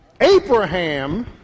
Abraham